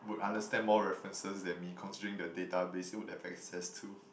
would understand more references than me considering that database he would have access too